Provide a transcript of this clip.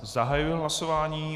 Zahajuji hlasování...